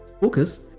focus